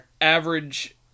average